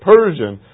Persian